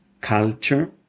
culture